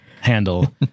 handle